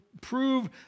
prove